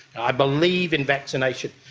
i believe in vaccination.